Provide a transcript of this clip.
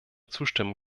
zustimmen